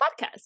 podcast